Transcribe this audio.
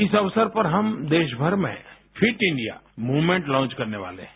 इस अवसर पर हम देश भर में फिट इंडिया मूवमेंट लांच करने वाले हैं